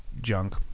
junk